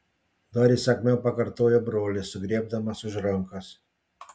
dar įsakmiau pakartojo brolis sugriebdamas už rankos